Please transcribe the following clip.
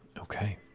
Okay